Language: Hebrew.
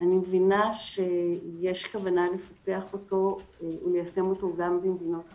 אני מבינה שיש כוונה לפתח אותו וליישם אותו גם במדינות אחרות.